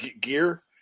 gear